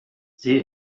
sie